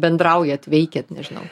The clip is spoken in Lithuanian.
bendraujat veikiat nežinau